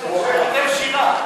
שירה.